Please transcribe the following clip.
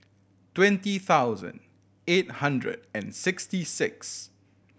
twenty thousand eight hundred and sixty six